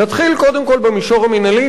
נתחיל קודם כול במישור המינהלי,